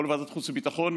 או לוועדת חוץ וביטחון.